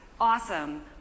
awesome